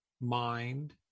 mind